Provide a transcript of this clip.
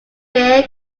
big